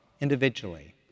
individually